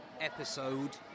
Episode